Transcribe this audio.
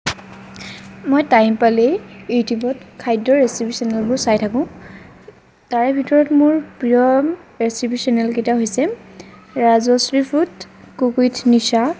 মই টাইম পালেই ইউটিউবত খাদ্যৰ ৰেচিপি চেনেলবোৰ চাই থাকো তাৰ ভিতৰত মোৰ প্ৰিয় ৰেচিপি চেনেলকিটা হৈছে ৰাজশ্ৰী ফুড কুক উইথ নিচা